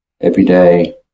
everyday